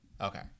Okay